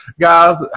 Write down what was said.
guys